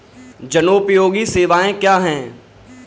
जनोपयोगी सेवाएँ क्या हैं?